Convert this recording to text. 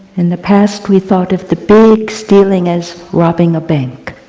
in the past we thought of the big stealing as robbing a bank.